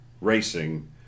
racing